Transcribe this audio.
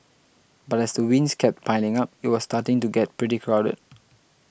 but as the wins kept piling up it was starting to get pretty crowded